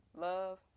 Love